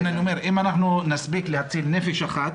לכן אני אומר, מספיק שאנחנו נציל נפש אחת,